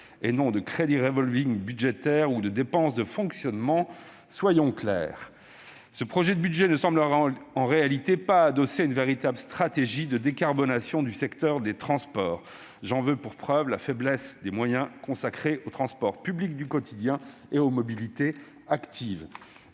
et non de crédits revolving budgétaires ou de dépenses de fonctionnement. Ce projet de budget ne semble, en réalité, pas adossé à une véritable stratégie de décarbonation du secteur des transports. J'en veux pour preuve la faiblesse des moyens consacrés aux transports publics du quotidien et aux mobilités actives.